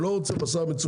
הוא לא רוצה בשר מצונן.